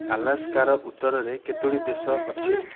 ଆଲାସ୍କାର ଉତ୍ତରରେ କେତୋଟି ଦେଶ ଅଛି